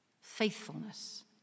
faithfulness